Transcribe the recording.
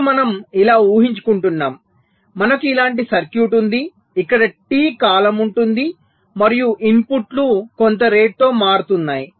ఇప్పుడు మనం ఇలా ఊహించుకుంటున్నాము మనకు ఇలాంటి సర్క్యూట్ ఉంది ఇక్కడ T కాలం ఉంటుంది మరియు ఇన్పుట్లు కొంత రేటుతో మారుతున్నాయి